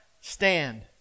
stand